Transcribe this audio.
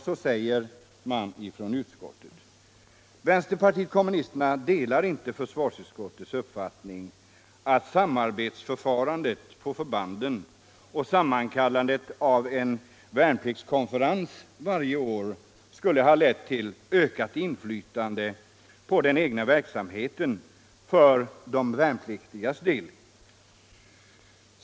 Så säger utskottet, Vänsterpartiet kommunisterna delar inte försvarsutskottets uppfattning att samrådsförfarandet på förbanden och sammankallandet av värnpliktskonferens varje år skulle ha lett till ökat inflytande på den egna verksamheten för de värnpliktigas del.